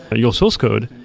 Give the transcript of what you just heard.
ah your source code,